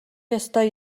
ёстой